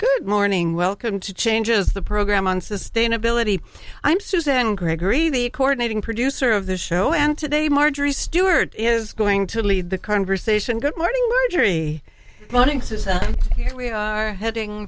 good morning welcome to change is the program on sustainability i'm suzanne gregory the coordinating producer of the show and today marjorie stewart is going to lead the conversation good morning we're very running here we are heading